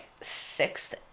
sixth